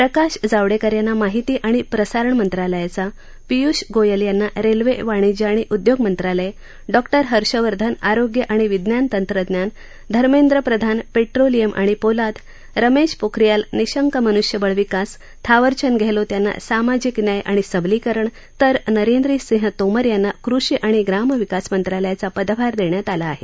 प्रकाश जावडेकर यांना माहिती आणि प्रसारण मंत्रालयाचा पियूष गोयल यांना रेल्वे वाणिज्य आणि उद्योग मंत्रालय डॉक्टर हर्षवर्धन आरोग्य आणि विज्ञान तंत्रज्ञान धर्मेंद्र प्रधान पेट्रोलियम आणि पोलाद रमेश पोखरियाल निषंक मनुष्यबळ विकास थावरचंद गेहलोत यांना सामाजिक न्याय आणि सबलीकरण तर नरेंद्रसिंह तोमर यांना कृषी आणि ग्रामविकास मंत्रालयाचा पदभार देण्यात आला आहे